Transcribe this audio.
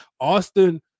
Austin